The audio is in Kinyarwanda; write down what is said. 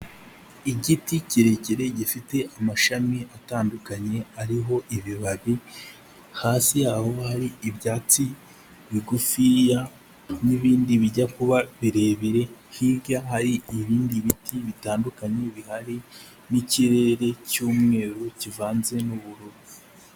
Igiti kirekire gifite amashami atandukanye ariho ibibabi, hasi yaho hari ibyatsi bigufiya n'ibindi bijya kuba birebire, hirya hari ibindi biti bitandukanye bihari n'ikirere cy'umweru kivanze n'ubururu.